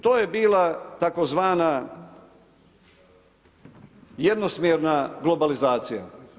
To je bila tzv. jednosmjerna globalizacija.